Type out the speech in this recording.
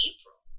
April